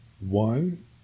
One